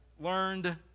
learned